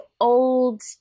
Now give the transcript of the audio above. old